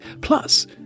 plus